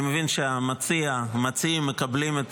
אני מבין שהמציעים מקבלים את